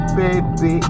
baby